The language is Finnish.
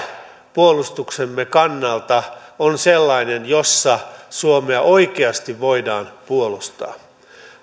puolustuksemme kannalta on sellainen jossa suomea oikeasti voidaan puolustaa